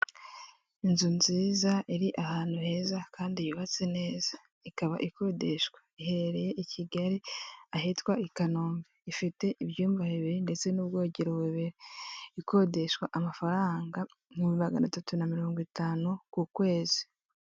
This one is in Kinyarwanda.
Inzu nziza iri ahantu heza kandi yubatse neza ikaba ikodeshwa iherereye i Kigali ahitwa i Kanombe ifite ibyumba bibiri ndetse n'ubwogero ikodeshwa amafaranga ibihumbi magana atatu na mirongo itanu ku kwezi.